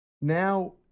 now